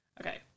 Okay